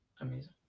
Amazing